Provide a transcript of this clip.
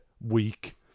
week